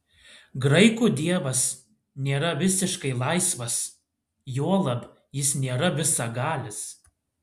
graikų dievas nėra visiškai laisvas juolab jis nėra visagalis